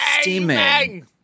steaming